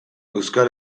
euskal